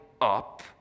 up